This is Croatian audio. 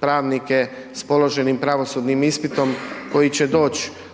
pravnike s položenim pravosudnim ispitom koji će doći